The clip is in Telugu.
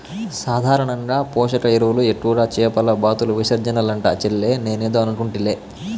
సాధారణంగా పోషక ఎరువులు ఎక్కువగా చేపల బాతుల విసర్జనలంట చెల్లే నేనేదో అనుకుంటిలే